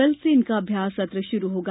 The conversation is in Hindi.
कल से इनका अभ्यास सत्र शुरू होगा